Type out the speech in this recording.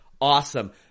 awesome